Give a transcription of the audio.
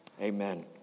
Amen